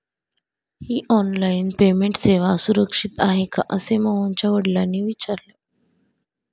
ही online payment सेवा सुरक्षित आहे का असे मोहनच्या वडिलांनी विचारले